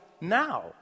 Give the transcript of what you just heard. now